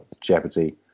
jeopardy